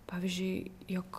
pavyzdžiui jog